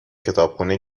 کتابخونه